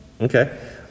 Okay